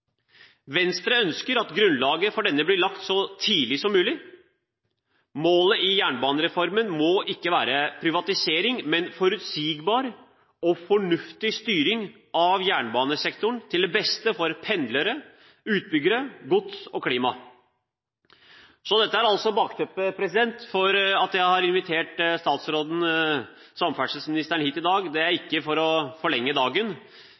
Venstre ønsker at grunnlaget for denne blir lagt så tidlig som mulig. Målet i jernbanereformen må ikke være privatisering, men forutsigbar og fornuftig styring av jernbanesektoren til det beste for pendlere, utbyggere, gods og klima. Så dette er altså bakteppet for at jeg har invitert samferdselsministeren hit i dag – det er ikke for å forlenge dagen.